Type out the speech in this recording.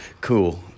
cool